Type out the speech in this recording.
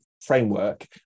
framework